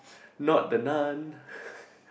not the Nun